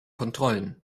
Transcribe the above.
kontrollen